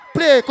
Play